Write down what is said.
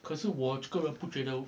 可是我个人不觉得